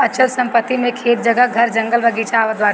अचल संपत्ति मे खेत, जगह, घर, जंगल, बगीचा आवत बाटे